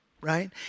right